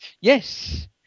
Yes